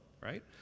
right